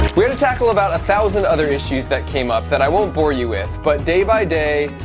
we had to tackle about a thousand other issues that came up, that i won't bore you with, but day by day,